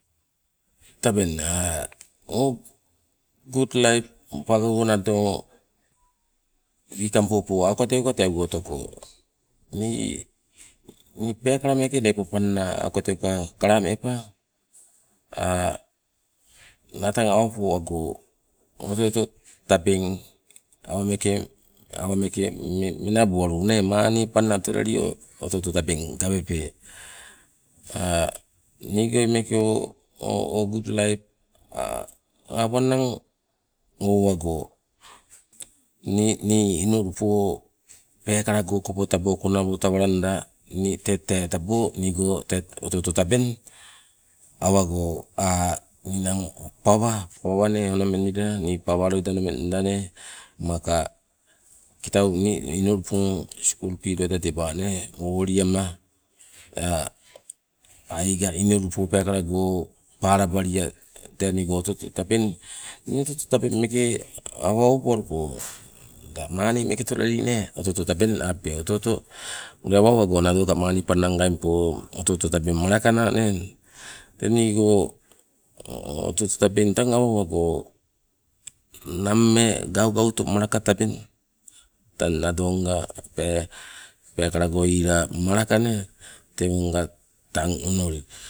Tabeng o gut laip pagago nado wikang popo guka teuka teego otoko, nii pekala meeke lepo meke pana auka teuka kalamepa, nii laa tang awa poango oto oto tabeng awa meke awa meeke menabudu nee maani panna otolelio oto otto tabeng gawepe. Nigoi meeke o gut laip anananang owago nii- nii inulupo peekala go okopoko tabo konawo tawalanda nii tee tabo ningo tee oto oto tabeng, awago ninang pawa, pawa nee onomeng lila nii pawa loida onomeng lila maka kitau nii inulupo skul pii loida tebaa nee woliama, aiga inulupo peekala go palabalia tee nigo oto oto tabeng. Nii oto oto tabeng meeke, awa owaba luko la maani meeke otoleli nee oto oto tabeng apepe oto oto, ule awa owago nadoika maani pannang gaingpo oto oto tabeng malakana nee. Teng ningo oto oto tabeng tang awa owago nammee gaugauto malaka tabeng, tang nadonga peekala go iilaa malaka nee, tewonga tang onoli